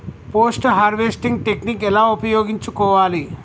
Post harvesting technique ఎలా ఉపయోగించుకోవాలి?